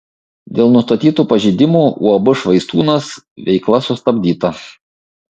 dėl nustatytų pažeidimų uab švaistūnas veikla sustabdyta